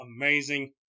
amazing